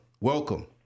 Welcome